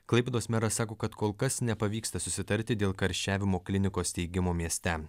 klaipėdos meras sako kad kol kas nepavyksta susitarti dėl karščiavimo klinikos steigimo mieste